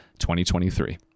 2023